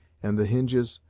and the hinges,